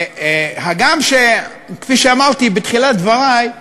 הגם שכפי שאמרתי בתחילת דברי,